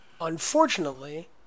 unfortunately